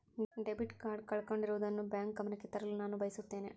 debit card ಕಳೆದುಕೊಂಡಿರುವುದನ್ನು bank ಗಮನಕ್ಕೆ ತರಲು ನಾನು ಬಯಸುತ್ತೇನೆ